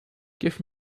give